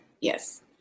yes